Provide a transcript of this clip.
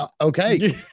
okay